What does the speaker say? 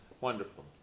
Wonderful